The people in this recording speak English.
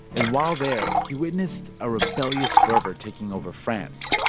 and while there, he witnessed a rebellious fervor taking over france.